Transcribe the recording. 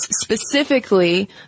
Specifically